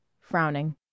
frowning